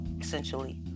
essentially